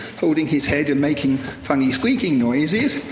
holding his head and making funny, squeaking noises,